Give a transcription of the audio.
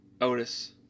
Otis